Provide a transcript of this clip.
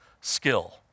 skill